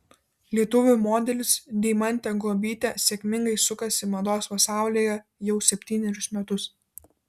lietuvių modelis deimantė guobytė sėkmingai sukasi mados pasaulyje jau septynerius metus